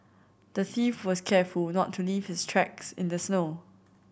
the thief was careful not to leave his tracks in the snow